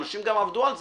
אנשים גם עבדו על זה,